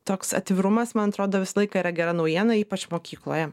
toks atvirumas man atrodo visą laiką yra gera naujiena ypač mokykloje